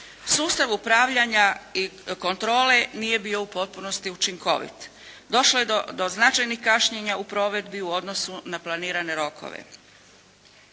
Sustav upravljanja i kontrole nije bio u potpunosti učinkovit. Došlo je do značajnih kašnjenja u provedbi u odnosu na planirane rokove.